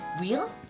real